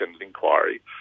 inquiry